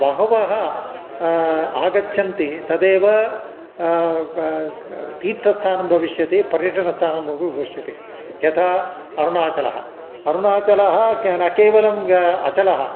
बहवः आगच्छन्ति तदेव तीर्थस्थानं भविष्यति पर्यटनस्थानमपि भविष्यति यथा अरुणाचलः अरुणाचलः क न केवलम् अचलः